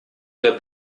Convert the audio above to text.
der